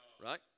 right